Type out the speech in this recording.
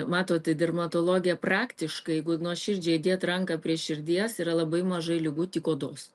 matot dermatologija praktiškai jeigu nuoširdžiai dėt ranką prie širdies yra labai mažai ligų tik odos